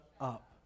up